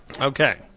Okay